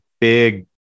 big